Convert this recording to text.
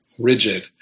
rigid